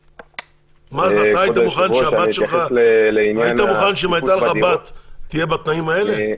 אתה היית מוכן שהבת שלך תהיה בתנאים האלה?